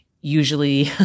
usually